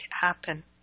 happen